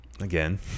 Again